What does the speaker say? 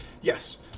yes